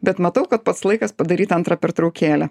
bet matau kad pats laikas padaryt antrą pertraukėlę